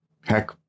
Heck